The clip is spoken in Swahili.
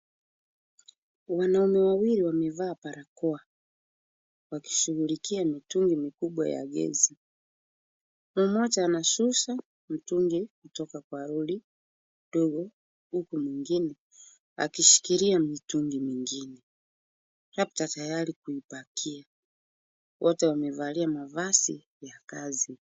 Wanaume wawili wamevaa barakoa wakishughulikia mitungi mikubwa ya gesi. Mmoja anashusha mtungi kutoka kwa lori ndogo huku mwingine akishikilia mitungi mingine labda tayari kupakia. Wote wamevalia mavazi ya kazi.